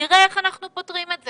נראה איך אנחנו פותרים את זה.